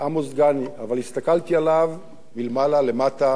אבל הסתכלתי עליו מלמעלה למטה בהערכה.